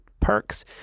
perks